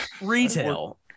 retail